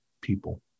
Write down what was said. people